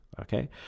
Okay